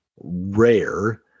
rare